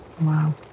Wow